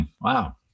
Wow